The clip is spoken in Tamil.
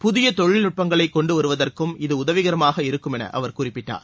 புதிய தொழில்நுட்பங்களைக் கொண்டு வருவதற்கும் இது உதவிகரமாக இருக்கும் என்று அவர் குறிப்பிட்டார்